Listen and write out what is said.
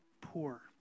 poor